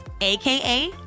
AKA